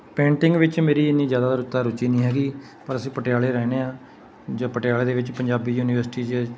painting ਵਿੱਚ ਮੇਰੀ ਇੰਨੀ ਜ਼ਿਆਦਾ ਰੁਤਾ ਰੁਚੀ ਨਹੀਂ ਹੈਗੀ ਪਰ ਅਸੀਂ ਪਟਿਆਲੇ ਰਹਿੰਦੇ ਹਾਂ ਜਾਂ ਪਟਿਆਲੇ ਦੇ ਵਿੱਚ ਪੰਜਾਬੀ ਯੂਨੀਵਰਸਿਟੀ 'ਚ